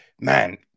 man